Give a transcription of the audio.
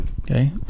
okay